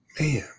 man